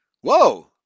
Whoa